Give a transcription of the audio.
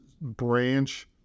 branch